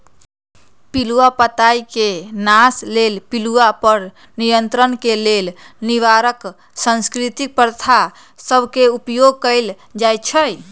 पिलूआ पताई के नाश लेल पिलुआ पर नियंत्रण के लेल निवारक सांस्कृतिक प्रथा सभ के उपयोग कएल जाइ छइ